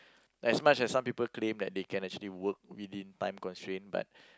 as much as some people claim that they can actually work within time constraint but